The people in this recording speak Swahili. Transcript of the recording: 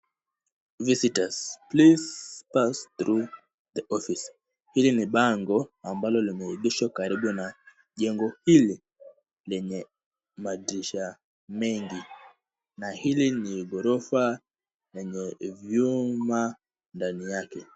Visitors please pass through the office . Hili ni bango ambalo limeigishwa karibu na jengo hili lenye madirisha mengi na hili ni ghorofa yenye vyuma ndani yake.